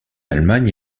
allemagne